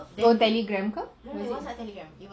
for telegram ke